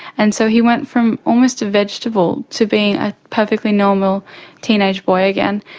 and so he went from almost a vegetable to being a perfectly normal teenage boy again.